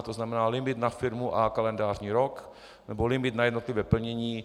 To znamená limit na firmu a kalendářní rok nebo limit na jednotlivé plnění.